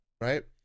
right